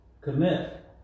commit